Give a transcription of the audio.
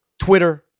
Twitter